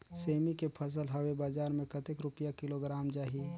सेमी के फसल हवे बजार मे कतेक रुपिया किलोग्राम जाही?